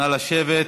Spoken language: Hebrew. נא לשבת.